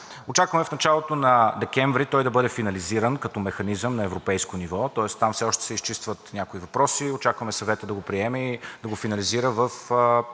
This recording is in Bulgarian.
Очакваме в началото на декември той да бъде финализиран като механизъм на европейско ниво, тоест там все още се изчистват някои въпроси, очакваме Съветът да го приеме и да го финализира в